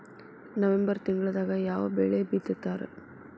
November ತಿಂಗಳದಾಗ ಯಾವ ಬೆಳಿ ಬಿತ್ತತಾರ?